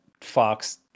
Fox